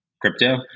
crypto